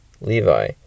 Levi